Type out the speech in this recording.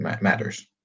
matters